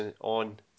on